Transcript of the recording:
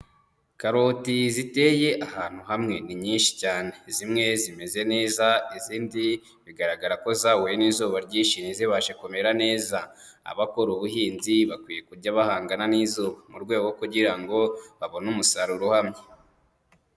Karoti ziteye ahantu hamwe ni nyinshi cyane, zimwe zimeze neza izindi bigaragara ko zahuye n'izuba ryishi ntizibashe kumera neza, abakora ubuhinzi bakwiye kujya bahangana n'izuba mu rwego kugira ngo babone umusaruro uhamye.